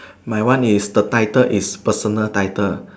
my one is the title is personal title